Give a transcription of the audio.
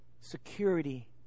security